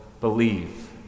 believe